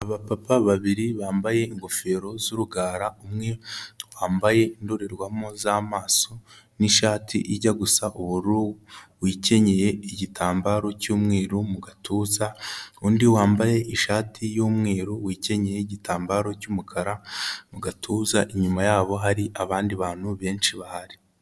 Abapapa babiri bambaye ingofero z'urugara umwe wambaye indorerwamo z'amaso n'ishati ijya gusa ubururu, wikenyeye igitambaro cy'umweru mu gatuza, undi wambaye ishati y'umweru wikenyeye n'igitambaro cy'umukara mu gatuza, inyuma yabo hari abandi bantu benshi bahari.